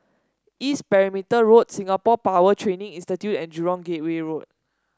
East Perimeter Road Singapore Power Training Institute and Jurong Gateway Road